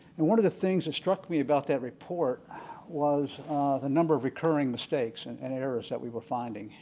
and one of the things that struck me about that report was the number of recurring mistakes and and errors that we were finding.